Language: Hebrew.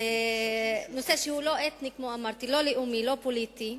זה נושא שהוא לא אתני, לא לאומי, לא פוליטי,